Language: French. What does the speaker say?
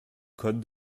code